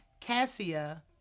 cassia